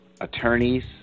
attorneys